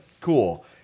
Cool